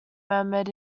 murmured